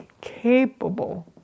capable